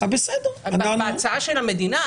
ההצעה של המדינה,